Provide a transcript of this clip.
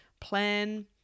plan